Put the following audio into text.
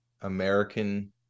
American